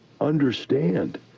understand